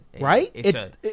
Right